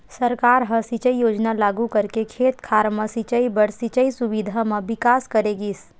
सरकार ह सिंचई योजना लागू करके खेत खार म सिंचई बर सिंचई सुबिधा म बिकास करे गिस